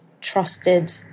trusted